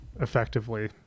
effectively